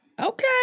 Okay